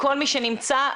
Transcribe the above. שנמצא.